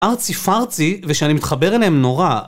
ארצי פארצי, ושאני מתחבר אליהם נורא.